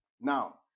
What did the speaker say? Now